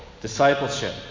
discipleship